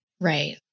Right